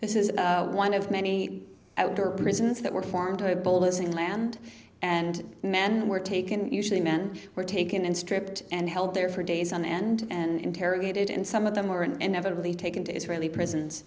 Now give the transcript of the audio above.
this is one of many outdoor prisons that were formed to bulldoze in land and men were taken usually men were taken and stripped and held there for days on end and interrogated and some of them were in and evidently taken to israeli prisons